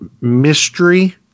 mystery